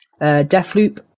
Deathloop